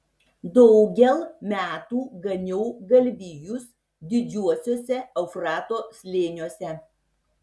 daugel metų ganiau galvijus didžiuosiuose eufrato slėniuose